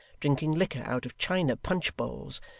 drinking liquor out of china punchbowls,